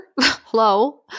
Hello